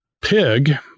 Pig